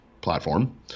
platform